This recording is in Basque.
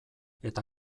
eta